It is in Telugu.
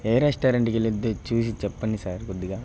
ఏ రెస్టారెంట్కి వెళుతుందో చూసి చెప్పండి సార్ కొద్దిగా